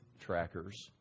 Trackers